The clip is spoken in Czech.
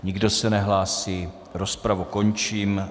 Nikdo se nehlásí, rozpravu končím.